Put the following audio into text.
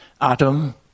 Adam